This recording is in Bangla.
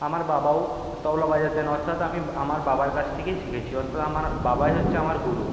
আমার বাবাও তবলা বাজাতেন অর্থাৎ আমি আমার বাবার কাছ থেকেই শিখেছি অর্থাৎ আমার বাবাই হচ্ছে আমার গুরু